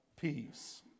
peace